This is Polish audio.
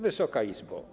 Wysoka Izbo!